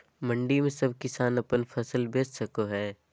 मंडी में सब किसान अपन फसल बेच सको है?